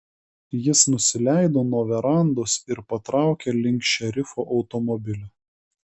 jis nusileido nuo verandos ir patraukė link šerifo automobilio